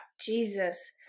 Jesus